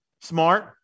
Smart